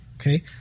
Okay